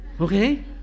Okay